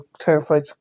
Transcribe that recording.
terrified